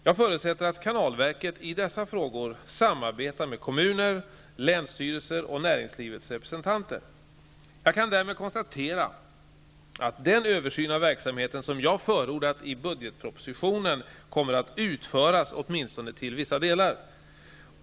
Jag förutsätter att kanalverket i dessa frågor samarbetar med kommuner, länsstyrelser och näringslivets representanter. Jag kan därmed konstatera att den översyn av verksamheten som jag förordat i budgetpropositionen kommer att utföras, åtminstone till vissa delar.